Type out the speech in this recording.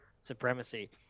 Supremacy